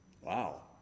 Wow